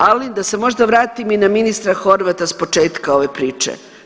Ali, da se možda vratim i na ministra Horvata s početka ove priče.